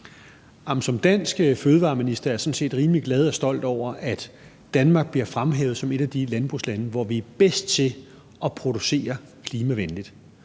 som dansk fødevareminister er jeg sådan set rimelig glad for og stolt over, at Danmark bliver fremhævet som et af de landbrugslande, som er bedst til at producere klimavenligt,